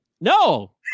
no